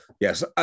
Yes